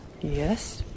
Yes